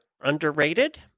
underrated